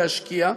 להשקיע,